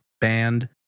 band